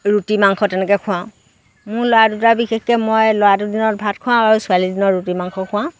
ৰুটি মাংস তেনেকৈ খুৱাওঁ মোৰ ল'ৰা দুটা বিশেষকৈ মই ল'ৰাটোৰ দিনত ভাত খোৱাওঁ আৰু ছোৱালীৰ দিনত ৰুটি মাংস খোৱাওঁ